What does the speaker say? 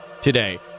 today